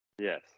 yes